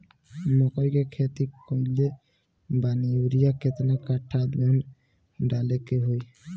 मकई के खेती कैले बनी यूरिया केतना कट्ठावजन डाले के होई?